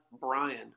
Brian